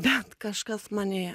bet kažkas manyje